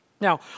Now